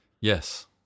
Yes